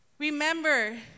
Remember